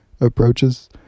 approaches